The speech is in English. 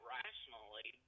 rationally